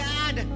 God